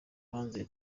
hanze